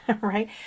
right